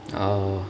oh